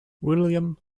william